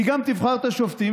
גם תבחר את השופטים,